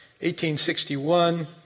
1861